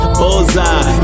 bullseye